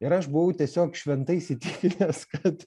ir aš buvau tiesiog šventai įsitikinęs kad